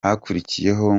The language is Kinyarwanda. hakurikiyeho